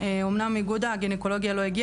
אמנם איגוד הגניקולוגיה לא הגיע